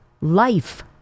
life